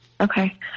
Okay